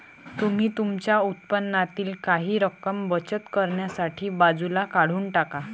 तुम्ही तुमच्या उत्पन्नातील काही रक्कम बचत करण्यासाठी बाजूला काढून टाका